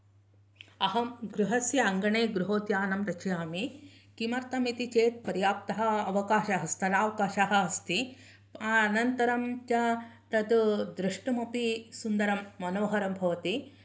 अहं गृहस्य अंगणे गृहोद्यानं रचयामि किमर्थम् इति चेत् पर्याप्तः अवकाशः स्थलावकाशः अस्ति अनन्तरं च तत् द्रष्टुमपि सुन्दरं मनोहरं भवति